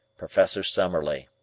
professor summerlee.